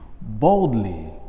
boldly